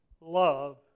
love